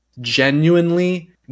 genuinely